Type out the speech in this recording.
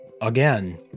Again